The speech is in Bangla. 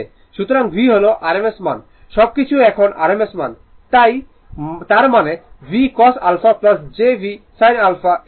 সুতরাং V হল rms মান সবকিছু এখন rms তাই তার মানে V cos α j V sin α এটি V